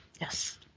yes